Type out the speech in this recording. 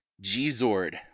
G-Zord